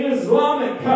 Islamic